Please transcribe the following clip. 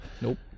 Nope